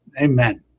amen